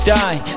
die